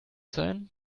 sein